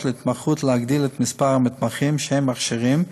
להתמחות להגדיל את מספר המתמחים שהן מכשירות,